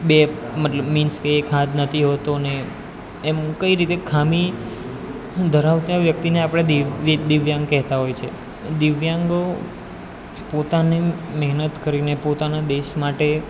બે મતલબ મીન્સ કે એક હાથ નથી હોતો ને એમ હું કઈ રીતે ખામી ધરાવતા વ્યક્તિને આપણે દિવ્યાંગ કહેતા હોય છે દિવ્યાંગો પોતાની મહેનત કરીને પોતાના દેશ માટે